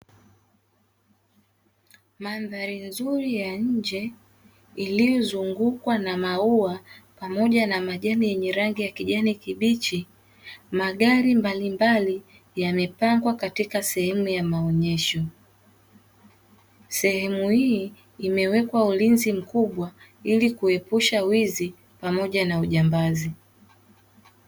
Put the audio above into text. Mandhari nzuri ya nje iliyozungukwa na maua pamoja na majani yenye rangi ya kijani kibichi, magari mbalimbali yamepangwa katika sehemu ya maonyesho; sehemu hii imewekwa ulinzi mkubwa ili kuepusha wizi pamoja na ujambazi.